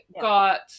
got